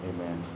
Amen